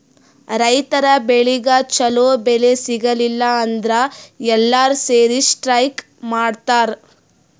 ರೈತರ್ ಬೆಳಿಗ್ ಛಲೋ ಬೆಲೆ ಸಿಗಲಿಲ್ಲ ಅಂದ್ರ ಎಲ್ಲಾರ್ ಸೇರಿ ಸ್ಟ್ರೈಕ್ ಮಾಡ್ತರ್